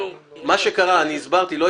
יואב, אני שואל עוד פעם אם יש לנו סמכות בעניין.